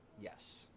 Yes